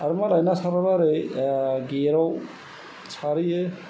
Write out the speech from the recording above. आरो मालाय ना सारबाबो ओरै दा गेटआव सारहैयो